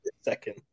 second